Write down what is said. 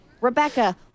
Rebecca